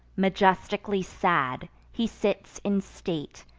majestically sad, he sits in state,